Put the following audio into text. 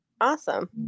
awesome